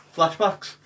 Flashbacks